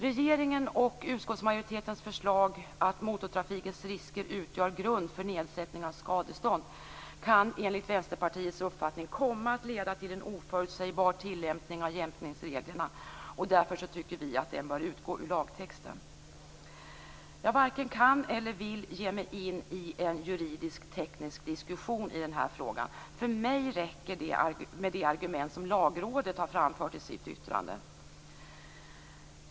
Regeringens och utskottsmajoritetens förslag att motortrafikens risker utgör grund för nedsättning av skadestånd kan enligt Vänsterpartiets uppfattning komma att leda till en oförutsägbar tillämpning av jämkningsreglerna. Därför tycker vi att den bör utgå ur lagtexten. Jag varken kan eller vill ge mig in i en juridiskteknisk diskussion i den här frågan. För mig räcker det med de argument som Lagrådet har framfört i sitt yttrande.